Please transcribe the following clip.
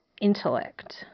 intellect